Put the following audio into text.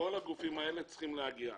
כל הגופים האלה צריכים להגיע.